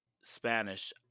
Spanish